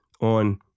on